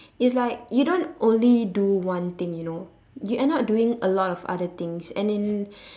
it's like you don't only do one thing you know you end up doing a lot of other things and in